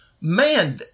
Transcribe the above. man